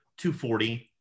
240